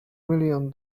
million